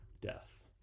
death